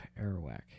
Arawak